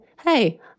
hey